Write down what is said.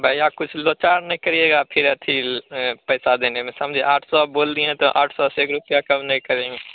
भैया कुछ लोचा नहीं करिएगा फिर अथील पैसा देने में समझे आठ सौ आप बोल दिए तो आठ सौ से एक रुपये कम नहीं करेंगे